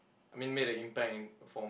I mean made a impact in a form